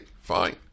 fine